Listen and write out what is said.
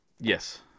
Yes